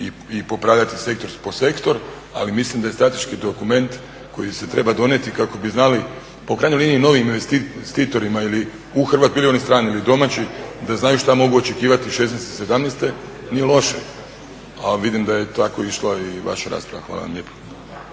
i popravljati sektor po sektor, ali mislim da je strateški dokument koji se treba donijeti kako bi znali pa u krajnjoj liniji novim investitorima bili oni strani ili domaći da znaju što mogu očekivati '16. i '17. Nije loše, a vidim da je tako išla i vaša rasprava. Hvala vam lijepo.